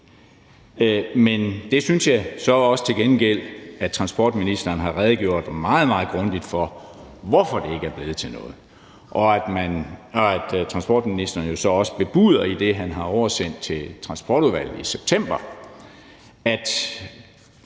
noget. Men jeg synes til gengæld også, at transportministeren har redegjort meget, meget grundigt for, hvorfor det ikke er blevet til noget, og at transportministeren jo så også bebuder i det, han har oversendt til Transportudvalget i september, at